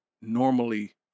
normally